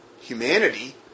humanity